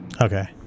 Okay